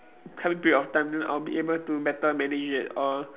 coming period of time then I'll be able to better manage it or